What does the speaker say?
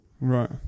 Right